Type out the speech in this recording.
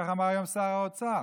כך אמר היום שר האוצר.